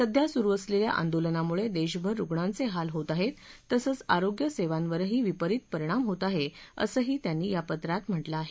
सध्या सुरू असलेल्या आंदोलनामुळे देशभर रुग्णांचे हाल होत आहेत तसंच आरोग्यसेवांवरही विपरित परिणाम होत आहे असंही त्यांनी पत्रात म्हटलं आहे